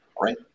right